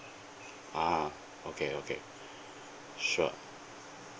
ah okay okay sure